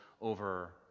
over